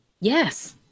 Yes